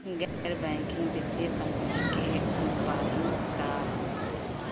गैर बैंकिंग वित्तीय कंपनी के अनुपालन का ह?